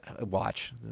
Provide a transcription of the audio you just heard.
watch